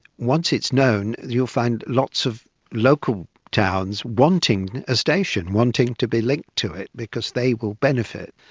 once it is known you'll find lots of local towns wanting a station, wanting to be linked to it because they will benefit.